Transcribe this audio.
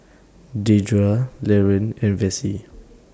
Dedra Laron and Vassie